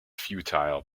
futile